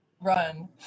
run